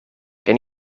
ken